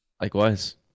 Likewise